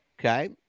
Okay